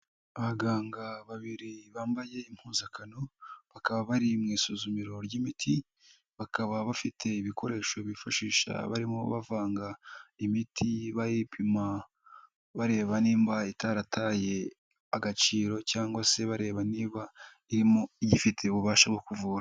Aabaganga babiri bambaye impuzankano, bakaba bari mu isuzumiro ry'imiti, bakaba bafite ibikoresho bifashisha barimo bavanga imiti bayipima bareba nimba itarataye agaciro, cyangwa se bareba niba irimo igifite ububasha bwo kuvura.